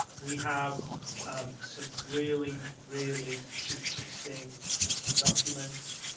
we have some really, really interesting documents.